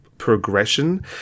progression